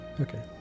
Okay